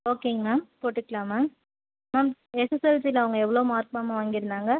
ஓகேங்க மேம் போட்டுக்கலாம் ma'am ma'am எஸ்எஸ்எல்சியில் அவங்க எவ்வளோ மார்க் மேம் வாங்கிருந்தாங்க